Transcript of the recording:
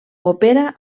opera